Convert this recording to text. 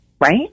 Right